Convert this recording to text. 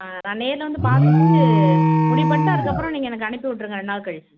ஆ நான் நேரில் வந்து பார்த்துட்டு முடிவு பண்ணிவிட்டு அதுக்கப்புறம் நீங்கள் எனக்கு அனுப்பி விட்ருங்க ரெண்டு நாள் கழித்து